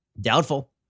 Doubtful